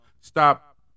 stop